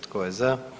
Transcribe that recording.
Tko je za?